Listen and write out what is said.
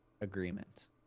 agreement